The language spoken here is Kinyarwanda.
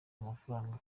amafaranga